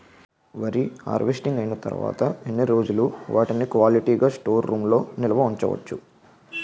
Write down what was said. వరి హార్వెస్టింగ్ అయినా తరువత ఎన్ని రోజులు వాటిని క్వాలిటీ గ స్టోర్ రూమ్ లొ నిల్వ ఉంచ వచ్చు?